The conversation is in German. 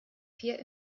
vier